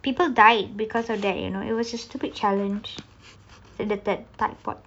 people died because of that you know it was a stupid challenge the type pot